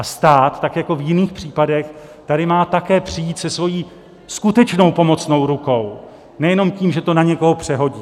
Stát tak jako v jiných případech tady má také přijít se svou skutečnou pomocnou rukou, nejenom tím, že to na někoho přehodí.